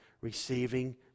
receiving